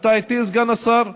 אתה איתי, סגן השר?